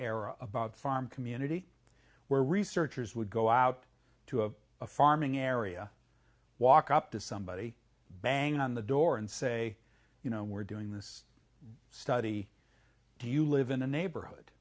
era about farm community where researchers would go out to a farming area walk up to somebody banging on the door and say you know we're doing this study do you live in a neighborhood